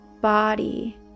body